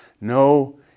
No